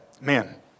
man